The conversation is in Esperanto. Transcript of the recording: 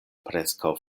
preskaŭ